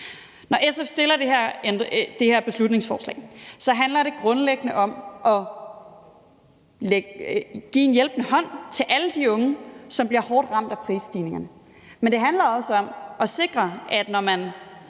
Når SF har fremsat det her beslutningsforslag, handler det grundlæggende om at give en hjælpende hånd til alle de unge, som bliver hårdt ramt af prisstigninger. Men det handler også om at sikre, at man